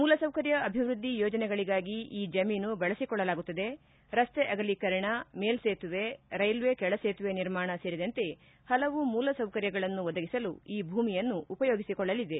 ಮೂಲಸೌಕರ್ಯ ಅಭಿವೃದ್ದಿ ಯೋಜನೆಗಳಿಗಾಗಿ ಈ ಜಮೀನು ಬಳಸಿಕೊಳ್ಳಲಾಗುತ್ತದೆ ರಸ್ತೆ ಅಗಲೀಕರಣ ಮೇಲ್ಲೇತುವೆ ರೈಲ್ವೆ ಕೆಳಸೇತುವೆ ನಿರ್ಮಾಣ ಸೇರಿದಂತೆ ಹಲವು ಮೂಲ ಸೌಕರ್ಯಗಳನ್ನು ಒದಗಿಸಲು ಈ ಭೂಮಿಯನ್ನು ಉಪಯೋಗಿಸಿಕೊಳ್ಳಲಿದೆ